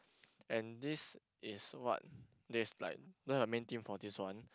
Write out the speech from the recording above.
and this is what there's like learn a main team for this one